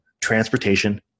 transportation